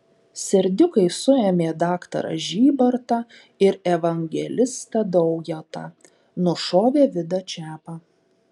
serdiukai suėmė daktarą žybartą ir evangelistą daujotą nušovė vidą čepą